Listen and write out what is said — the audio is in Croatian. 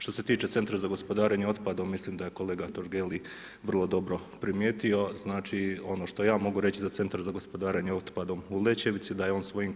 Što se tiče Centra za gospodarenje otpadom, mislim da je kolega Totgergeli vrlo dobro primijetio, znači ono što ja mogu reći za Centar za gospodarenje otpadom u Lećevici da je on svojim